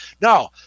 No